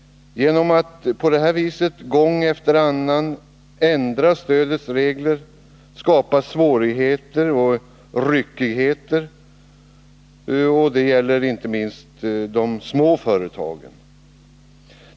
Genom att på detta sätt gång efter annan ändra stödets regler skapas svårigheter och ryckigheter inte minst för de små företagen.